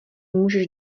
můžeš